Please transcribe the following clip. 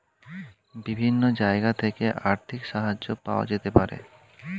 বিভিন্ন জায়গা থেকে আর্থিক সাহায্য পাওয়া যেতে পারে